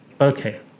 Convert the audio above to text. Okay